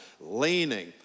leaning